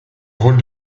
rôle